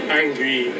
angry